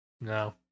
No